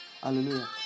Hallelujah